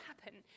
happen